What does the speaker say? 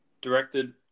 directed